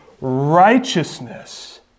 righteousness